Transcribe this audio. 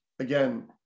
Again